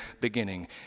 beginning